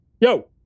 Yo